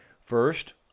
First